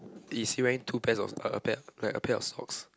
is he wearing two pairs of or a like a pair of socks